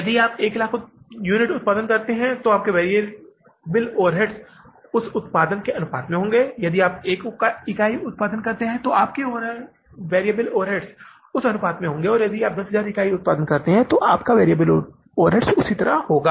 यदि आप 1 लाख यूनिट का उत्पादन करते हैं तो आपके वैरिएबल ओवरहेड्स उस उत्पादन के अनुपात में होंगे यदि आप एक इकाई का उत्पादन करते हैं तो आपके वैरिएबल ओवरहेड्स उस अनुपात में होंगे और यदि आप 10000 इकाइयों के उत्पादन के लिए जाते हैं तो आपका वैरिएबल ओवरहेड्स उस तरह होगा